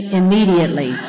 immediately